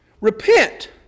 Repent